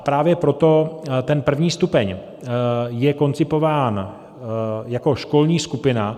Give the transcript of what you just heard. Právě proto ten první stupeň je koncipován jako školní skupina.